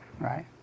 right